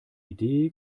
idee